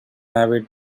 avid